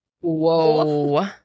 Whoa